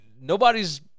nobody's